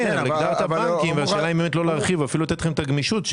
השאלה אם לא להרחיב או אפילו לתת לכם את הגמישות.